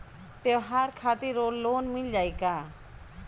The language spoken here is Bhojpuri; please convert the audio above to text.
त्योहार खातिर लोन मिल जाई का?